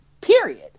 period